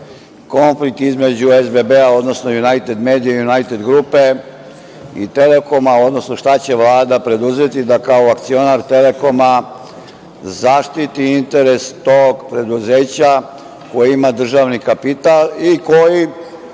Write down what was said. konflikt između SBB, odnosno „Junajted medije“, „Junajted grupe“ i „Telekoma“, odnosno šta će Vlada preduzeti da kao akcionar „Telekoma“ zaštiti interes tog preduzeća koje ima državni kapital i koji,